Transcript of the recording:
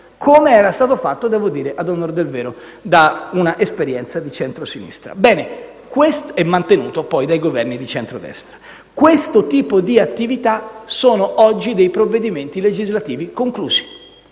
come era stato fatto - devo dire, ad onor del vero - da un'esperienza di centrosinistra e mantenuto, poi, dai Governi di centrodestra. Questo tipo di attività ha portato oggi a provvedimenti legislativi conclusi.